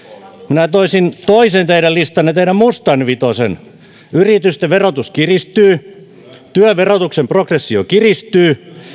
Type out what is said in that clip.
minä toisin teidän toisen listanne teidän mustan vitosen yritysten verotus kiristyy työn verotuksen progressio kiristyy